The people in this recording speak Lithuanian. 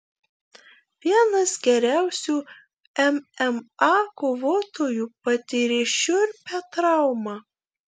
vienas geriausių mma kovotojų patyrė šiurpią traumą